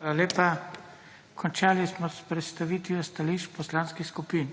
lepa. Končali smo s predstavitvijo stališč poslanskih skupin.